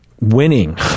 winning